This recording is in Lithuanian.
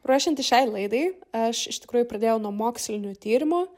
ruošiantis šiai laidai aš iš tikrųjų pradėjau nuo mokslinių tyrimų